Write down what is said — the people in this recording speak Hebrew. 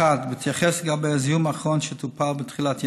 1. בהתייחס לזיהום האחרון, שטופל בתחילת ינואר,